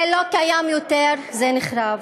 זה לא קיים יותר, זה נחרב.